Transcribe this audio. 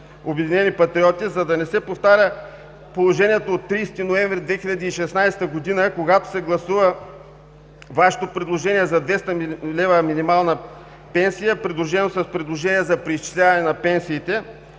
„Обединени патриоти“, за да не се повтаря положението от 30 ноември 2016 г., когато се гласува Вашето предложение за 200 лв. минимална пенсия, придружено с предложение за преизчисляване на пенсиите,